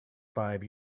five